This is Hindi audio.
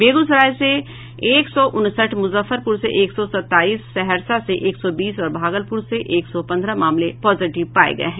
बेगूसराय से एक सौ उनसठ मुजफ्फरपुर से एक सौ सत्ताईस सहरसा से एक सौ बीस और भागलपुर से एक सौ पंद्रह मामले पॉजिटिव पाये गये हैं